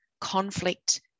conflict